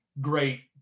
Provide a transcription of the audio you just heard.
great